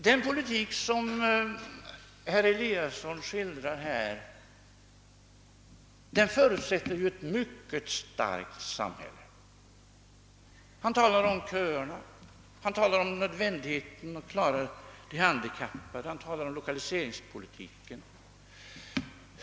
Den politik som herr Eliasson skildrar förutsätter ett mycket starkt samhälle. Han talar om köerna, om nödvändigheten att hjälpa de handikappade och om lokaliseringspolitiken.